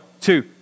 two